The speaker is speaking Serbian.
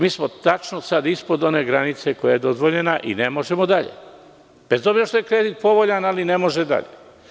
Mi smo tačno sad ispod one granice koja je dozvoljena i ne možemo dalje, bez obzira što je kredit povoljan, ali ne može dalje.